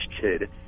kid